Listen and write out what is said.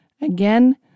Again